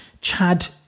Chad